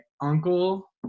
uncle